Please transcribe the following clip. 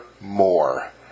more